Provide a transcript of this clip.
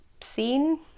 seen